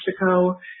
Mexico